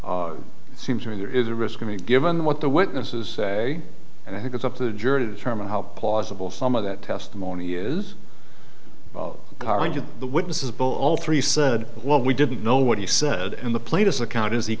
car seems to me there is a risk i mean given what the witnesses say and i think it's up to the jury to determine how plausible some of that testimony is current with the witnesses but all three said well we didn't know what he said and the plate is a count as he